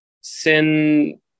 sin